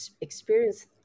experience